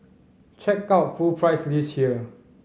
check out full price list here